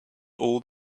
all